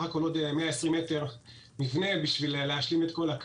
הכול מבנה של 120 מטר כדי להשלים את הכול.